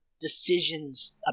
decisions